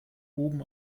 oben